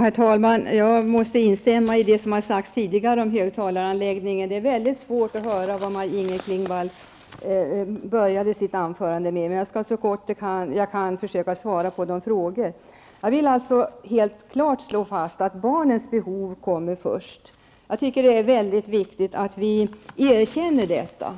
Herr talman! Jag måste instämma i det som tidigare har sagts om högtalaranläggningen -- det var väldigt svårt att höra vad Maj-Inger Klingvall sade i början av sin replik. Jag skall ändå så gott jag kan försöka svara på de frågor jag uppfattade. Jag vill klart slå fast att barnens behov kommer först. Jag tycker att det är viktigt att vi erkänner detta